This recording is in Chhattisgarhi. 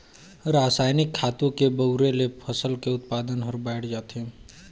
रसायनिक खातू के बउरे ले फसल के उत्पादन हर बायड़ जाथे